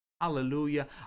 Hallelujah